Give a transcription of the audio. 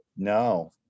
No